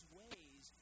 ways